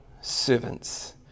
servants